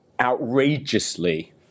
outrageously